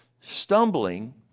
Stumbling